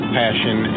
passion